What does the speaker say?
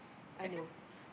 uh no